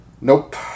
nope